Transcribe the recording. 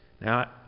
Now